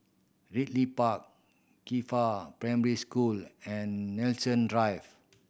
Ridley Park Qifa Primary School and Nanson Drive